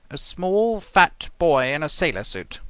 a small fat boy in a sailor suit.